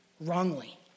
wrongly